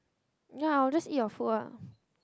ya I will just eat your food lah